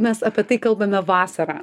mes apie tai kalbame vasarą